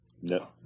No